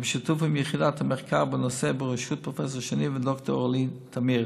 ובשיתוף עם יחידת המחקר בנושא בראשות פרופ' שני וד"ר אורלי תמיר.